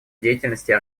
деятельности